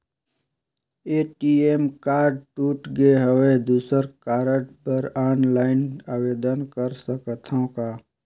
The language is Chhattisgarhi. ए.टी.एम कारड टूट गे हववं दुसर कारड बर ऑनलाइन आवेदन कर सकथव का?